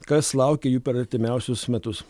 kas laukia jų per artimiausius metus